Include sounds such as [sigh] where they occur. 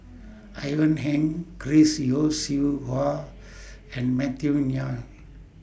Ivan Heng Chris Yeo Siew Hua and Matthew [unintelligible]